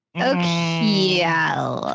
Okay